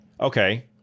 Okay